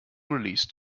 released